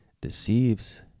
deceives